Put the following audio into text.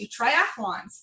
triathlons